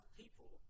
people